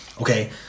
Okay